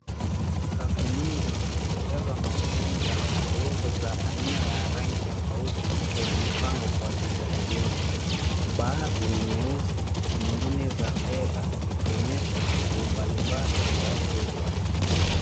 Raru nyingi zilizojazwa na oveni za microwevu za aina ya rangi tofauti zikiwa zimepangwa kwa ajili ya kuuzwa. Baadhi ni nyeusi, nyingine za fedha, zikionyesha changuo mbalimbali kwa wateja.